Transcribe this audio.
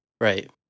Right